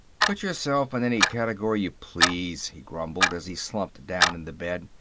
put yourself in any category you please, he grumbled as he slumped down in the bed.